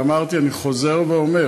אמרתי ואני חוזר ואומר,